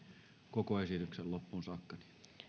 koko esityksen loppuun saakka